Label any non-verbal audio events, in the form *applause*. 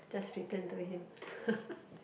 just return to him *laughs*